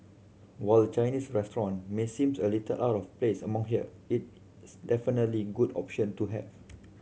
while a Chinese restaurant may seems a little out of place among here it it's definitely good option to have